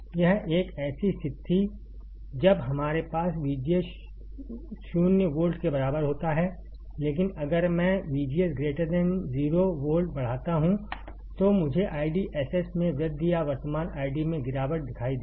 यह एक ऐसी स्थिति थी जब हमारे पास VGS 0 वोल्ट के बराबर होता है लेकिन अगर मैं VGS 0 वोल्ट बढ़ाता हूं तो मुझे IDSS में वृद्धि या वर्तमान आईडी में गिरावट दिखाई देगी